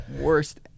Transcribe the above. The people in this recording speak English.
worst